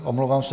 Omlouvám se.